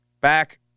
back